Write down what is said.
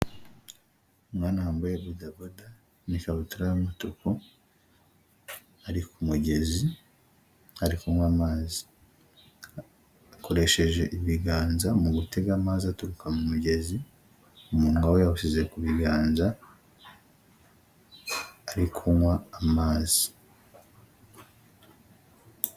Umwana wambaye bodaboda n'ikabutura y'umutuku, ari ku mugezi ari kunywa amazi, akoresheje ibiganza mu gutega amazi aturuka mu mugezi, umunwa we yawushyize ku biganza, ari kunywa amazi.